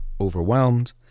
overwhelmed